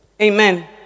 Amen